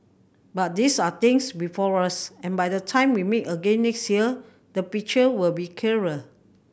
but these are things before us and by the time we meet again next year the picture will be clearer